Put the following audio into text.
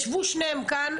הם ישבו שניהם כאן,